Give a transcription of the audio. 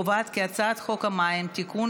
הצעת חוק המים (תיקון,